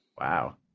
Wow